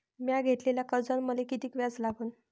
म्या घेतलेल्या कर्जावर मले किती व्याज लागन?